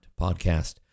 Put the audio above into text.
Podcast